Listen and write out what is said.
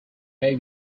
may